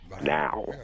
Now